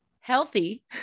healthy